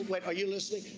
but are you listening?